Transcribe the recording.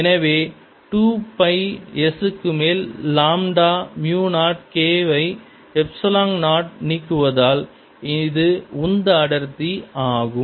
எனவே 2 pi S க்கு மேல் லாம்டா மியூ 0 K வை எப்ஸிலான் 0 நீக்குவதால் இது உந்த அடர்த்தி ஆகும்